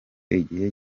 igihe